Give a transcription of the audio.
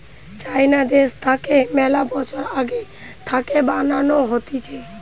চাইনা দ্যাশ থাকে মেলা বছর আগে থাকে বানানো হতিছে